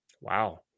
Wow